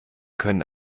können